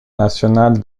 national